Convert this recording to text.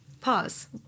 pause